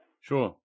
Sure